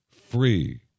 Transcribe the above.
free